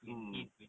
mm